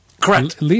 Correct